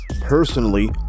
personally